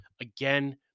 Again